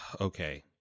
okay